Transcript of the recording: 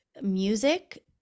music